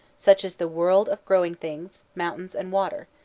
such as the world of growing things, mountains and water,